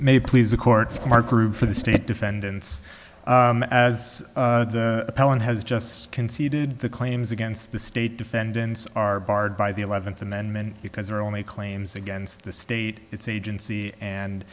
may please a court mark root for the state defendants as appellant has just conceded the claims against the state defendants are barred by the eleventh amendment because they are only claims against the state it's agency and